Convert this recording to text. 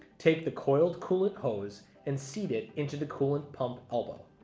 take the coiled coolant hose and seat it into the coolant pump elbow.